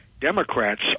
Democrats